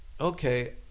okay